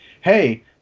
hey